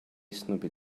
snoopy